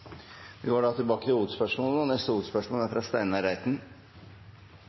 Vi går videre til neste hovedspørsmål. Spørsmålet mitt er